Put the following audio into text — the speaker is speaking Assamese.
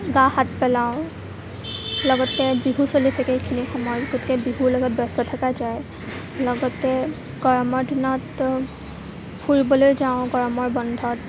গা শাঁত পেলাওঁ লগতে বিহু চলি থাকে সেইখিনি সময়ত গতিকে বিহুত লগত ব্যস্ত থকা যায় লগতে গৰমৰ দিনত ফুৰিবলৈ যাওঁ গৰমৰ বন্ধত